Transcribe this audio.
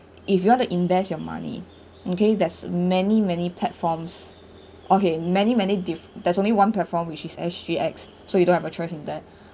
if you want to invest your money okay there's many many platforms okay many many diff~ there's only one platform which is SG_X so you don't have a choice in that